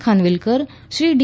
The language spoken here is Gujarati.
ખાનવીલકર શ્રી ડી